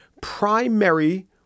primary